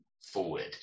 forward